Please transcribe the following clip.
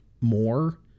more